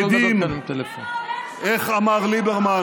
אבל תראה מה הולך שם, איך אמר ליברמן?